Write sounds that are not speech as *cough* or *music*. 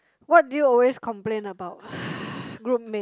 what do you always complain about *breath* group mates